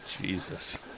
Jesus